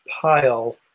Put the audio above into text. pile